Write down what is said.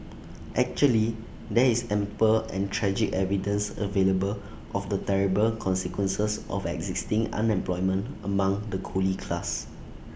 actually there is ample and tragic evidence available of the terrible consequences of existing unemployment among the coolie class